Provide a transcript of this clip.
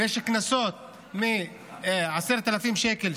ויש קנסות מ-10,000 שקלים,